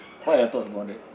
what are your thoughts about it